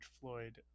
Floyd